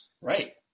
Right